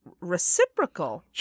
reciprocal